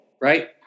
right